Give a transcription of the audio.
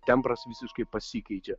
tembras visiškai pasikeičia